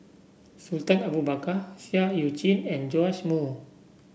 Sultan Abu Bakar Seah Eu Chin and Joash Moo